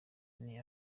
nari